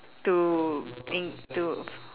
to in to